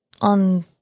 on